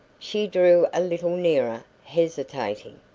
she drew a little nearer, hesitating.